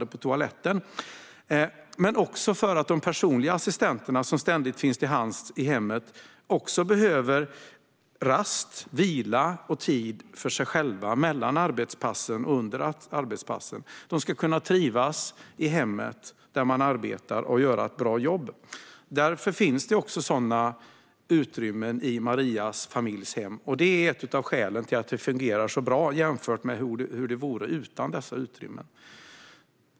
Men det måste också finnas utrymmen för att de personliga assistenterna, som ständigt finns till hands i hemmet, behöver rast, vila och tid för sig själva mellan arbetspassen och under arbetspassen. De ska kunna trivas i det hem där de arbetar och kunna göra ett bra jobb. Därför finns det också sådana utrymmen i familjens hem. Det är ett av skälen till att det fungerar så bra jämfört med hur det skulle fungera utan dessa utrymmen.